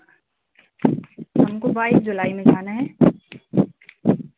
हमको बाइस जुलाई में जाना है